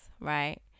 right